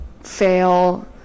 fail